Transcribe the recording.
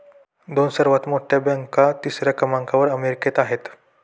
दोन सर्वात मोठ्या बँका तिसऱ्या क्रमांकावर अमेरिकेत आहेत